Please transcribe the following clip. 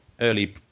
early